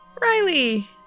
Riley